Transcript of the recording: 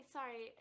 Sorry